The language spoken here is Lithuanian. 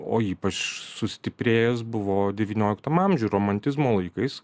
o ypač sustiprėjęs buvo devynioliktam amžiuj romantizmo laikais